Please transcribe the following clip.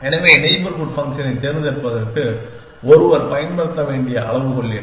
எனவே நெய்பர்ஹூட் ஃபங்க்ஷனைத் தேர்ந்தெடுப்பதற்கு ஒருவர் பயன்படுத்த வேண்டிய அளவுகோல் என்ன